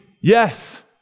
yes